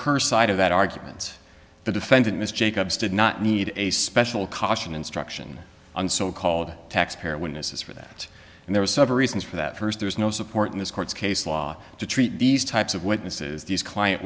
her side of that argument the defendant miss jacobs did not need a special caution instruction on so called taxpayer witnesses for that and there are several reasons for that first there's no support in this court's case law to treat these types of witnesses these client